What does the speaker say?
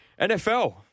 NFL